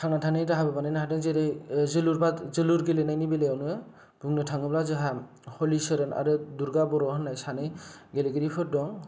थांनानै थानायनि राहाबो बानायनो हादों जेरै जोलुर जोलुर गेलेनायनि बेलायावनो बुंनो थाङोब्ला जोंहा हलिसरन आरो दुरगा बर' होननाय सानै गेलेगिरिफोर दं